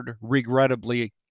regrettably